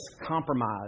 compromise